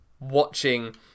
watching